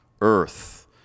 earth